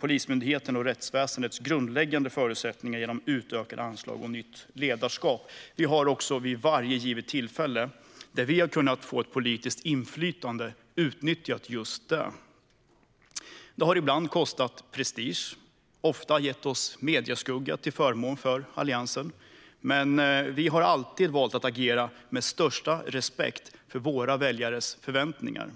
Polismyndigheten och rättsväsendets grundläggande förutsättningar genom förslag på utökade anslag och nytt ledarskap. Vi har också vid varje tillfälle där vi kunnat få politiskt inflytande utnyttjat just det. Det har ibland kostat oss prestige och har ofta lett till medieskugga för oss, till förmån för Alliansen. Men vi har alltid valt att agera med största respekt för våra väljares förväntningar.